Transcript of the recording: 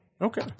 okay